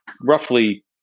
roughly